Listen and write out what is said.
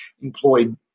employed